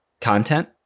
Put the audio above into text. content